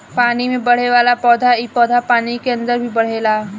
पानी में बढ़ेवाला पौधा इ पौधा पानी के अंदर ही बढ़ेला